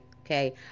Okay